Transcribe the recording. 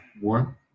One